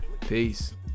peace